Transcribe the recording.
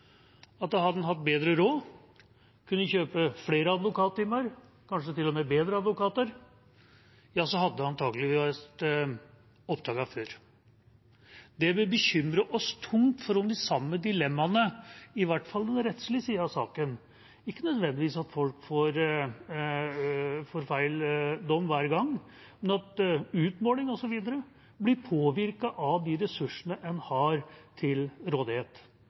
hadde en hatt bedre råd og kunne kjøpt flere advokattimer, kanskje til og med bedre advokater, hadde det antakeligvis vært oppdaget før. Det bør bekymre oss tungt om de samme dilemmaene, i hvert fall den rettslige siden av saken, ikke nødvendigvis at folk får feil dom hver gang, men at utmåling osv. blir påvirket av de ressursene en har til rådighet,